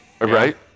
Right